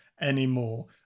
anymore